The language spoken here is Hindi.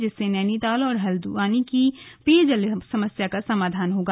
जिससे नैनीताल और हल्द्वानी की पेयजल समस्या का समाधान होगा